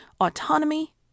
autonomy